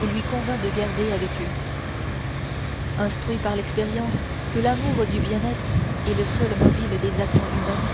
il lui convînt de garder avec eux instruit par l'expérience que l'amour du bien-être est le seul mobile des actions humaines